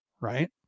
right